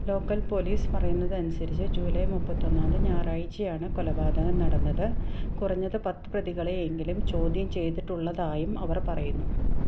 local police പറയുന്നതനുസരിച്ച് July മുപ്പത്തൊന്നാന്തി ഞായറാഴ്ചയാണ് കൊലപാതകം നടന്നത് കുറഞ്ഞത് പത്ത് പ്രതികളെയെങ്കിലും ചോദ്യം ചെയ്തിട്ടുള്ളതായും അവർ പറയുന്നു